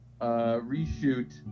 reshoot